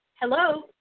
Hello